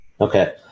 Okay